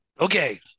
Okay